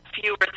fewer